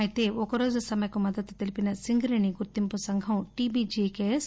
అయితే ఒకరోజు సమ్మికు మద్గతు తెలిపిన సింగరేణి గుర్తింపు సంఘం టీబీజీకేఎస్